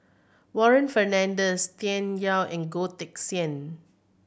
Warren Fernandez Tian Yau and Goh Teck Sian